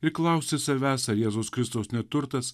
ir klausti savęs ar jėzaus kristaus neturtas